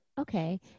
Okay